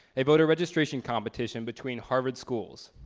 a voter registration competition between harvard schools.